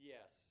Yes